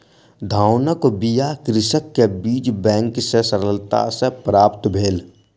धानक बीया कृषक के बीज बैंक सॅ सरलता सॅ प्राप्त भेल